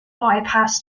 bypass